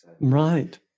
Right